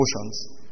emotions